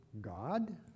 God